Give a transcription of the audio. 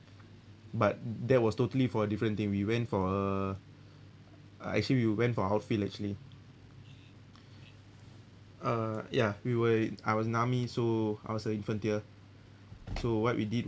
but that was totally for a different thing we went for uh uh actually we went for outfield actually uh ya we were I was in army so I was a infantier so what we did